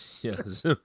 Yes